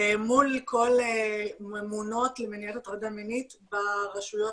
מול כל ממונות למניעת הטרדה מינית ברשויות